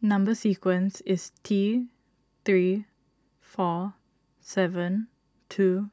Number Sequence is T three four seven two